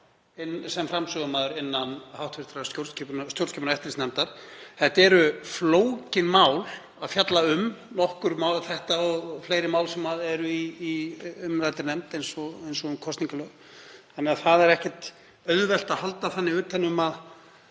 sem framsögumaður innan hv. stjórnskipunar- og eftirlitsnefndar. Það er flókið að fjalla um þessi mál, þetta og fleiri mál sem eru í umræddri nefnd, eins og um kosningalög, þannig að það er ekkert auðvelt að halda þannig utan um að